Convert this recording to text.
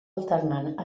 alternant